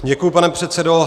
Děkuji, pane předsedo.